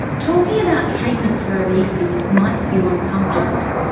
talking about treatments for obesity might feel uncomfortable.